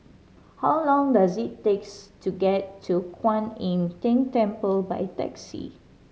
how long does it takes to get to Kwan Im Tng Temple by taxi